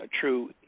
true